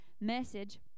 message